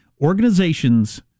organizations